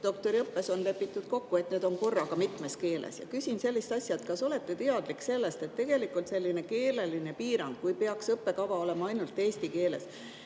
puhul on lepitud kokku, et need on korraga mitmes keeles. Ja küsin sellist asja. Kas te olete teadlik sellest, et tegelikult selline keeleline piirang, kui peaks õppekava olema ainult eesti keeles,